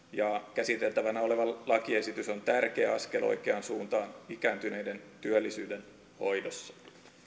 käsiteltävänä oleva lakiesitys on tärkeä askel oikeaan suuntaan ikääntyneiden työllisyyden hoidossa